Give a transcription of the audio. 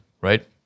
right